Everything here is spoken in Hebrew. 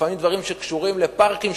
לפעמים דברים שקשורים לפארקים,